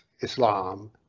Islam